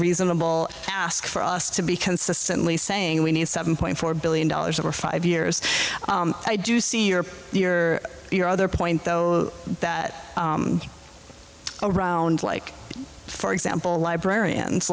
reasonable task for us to be consistently saying we need seven point four billion dollars over five years i do see your your your other point though that around like for example librarians